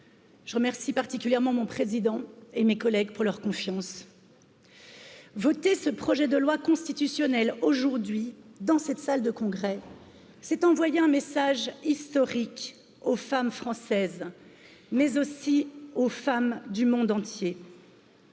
Je remercie particulièrement mon président et mes collègues pour leur confiance. Voter ce projet de loi constitutionnel aujourd'hui dans cette salle de congrès, c'est envoyer un message historique aux femmes françaises. mais aussi aux femmes du monde entier